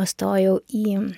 o stojau į